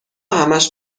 همش